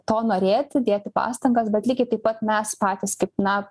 to norėti dėti pastangas bet lygiai taip pat mes patys kaip na